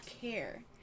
care